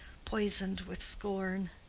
poisoned with scorn.